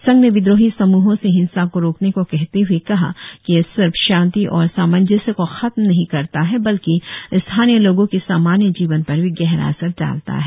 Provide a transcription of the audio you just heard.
संघ ने विद्रोही सम्हो से हिंसा को रोकने को कहते हुए कहा कि यह सिर्फ शांती और सामंजस्य को खत्म नही करता है बल्कि स्थानीय लोगो के सामान्य जीवन पर भी गहरा असर डालता है